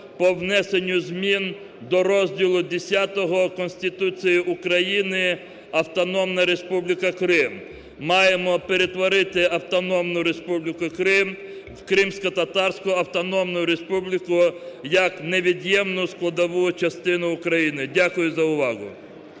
по внесенню змін до розділу Х Конституції України "Автономна Республіка Крим". Маємо перетворити Автономну Республіку Крим в Кримськотатарську Автономну Республіку як невід'ємну складову частину України. Дякую за увагу.